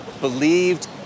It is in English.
believed